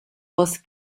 was